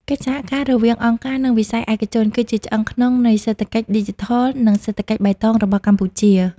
កិច្ចសហការរវាងអង្គការ និងវិស័យឯកជន គឺជាឆ្អឹងខ្នងនៃសេដ្ឋកិច្ចឌីជីថល និងសេដ្ឋកិច្ចបៃតងរបស់កម្ពុជា។